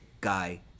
guy